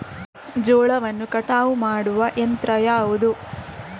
ಜೋಳವನ್ನು ಕಟಾವು ಮಾಡುವ ಯಂತ್ರ ಯಾವುದು?